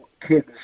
Kids